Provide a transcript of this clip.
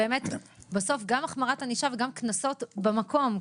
בסוף גם החמרת ענישה וגם קנסות במקום,